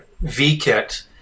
V-Kit